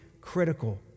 critical